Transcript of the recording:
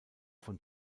von